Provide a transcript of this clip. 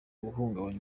guhungabanya